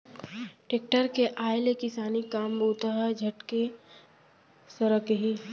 tractor के आय ले किसानी काम बूता ह झटके सरकही